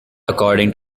according